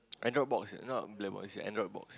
Android box is not a black box is a Android box